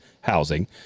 housing